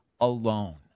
alone